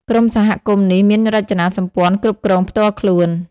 ក្រុមសហគមន៍នេះមានរចនាសម្ព័ន្ធគ្រប់គ្រងផ្ទាល់ខ្លួន។